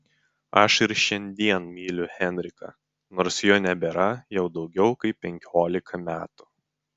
aš ir šiandien myliu henriką nors jo nebėra jau daugiau kaip penkiolika metų